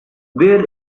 where